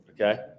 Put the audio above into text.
okay